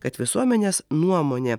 kad visuomenės nuomonė